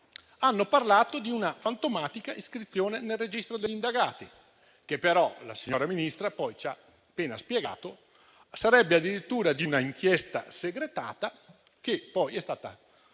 hanno parlato di una fantomatica iscrizione nel registro degli indagati, che la signora Ministra ci ha appena spiegato sarebbe addirittura in un'inchiesta secretata, trapelata